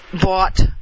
bought